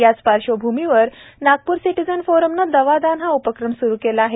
याच पार्श्वभूमीवर नागपूर सिटिझन्स फोरमने दवा दान हा उपक्रम सुरू केला आहे